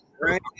right